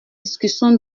discussion